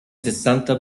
sessanta